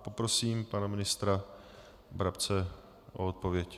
Poprosím pana ministra Brabce o odpověď.